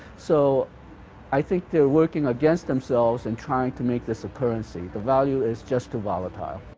so i think they're working against themselves in trying to make this a currency. the value is just too volatile.